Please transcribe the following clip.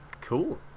Cool